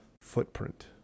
footprint